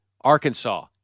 Arkansas